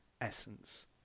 essence